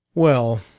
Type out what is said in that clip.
well,